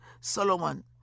Solomon